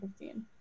2015